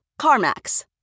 CarMax